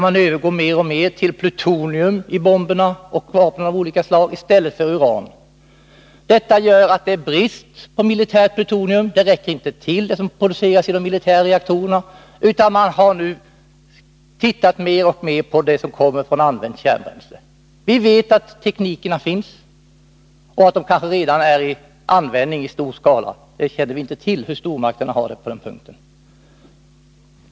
Man övergår mer och mer till plutonium i bomber och andra vapen, i stället för uran. Detta gör att det är brist på militärt plutonium. Det som produceras i de militära reaktorerna räcker inte till, utan man har mer och mer börjat se på det som kommer från använt kärnbränsle. Vi vet att teknikerna finns och att sådant kärnbränsle kanske redan används i stor skala. Vi känner inte till hur stormakterna har det ordnat på den punkten.